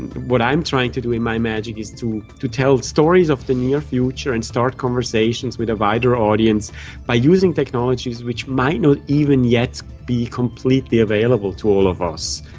what i'm trying to do in my magic is to to tell stories of the near future and start conversations with a wider audience by using technologies which might not even yet be completely available to all of us.